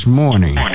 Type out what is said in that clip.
morning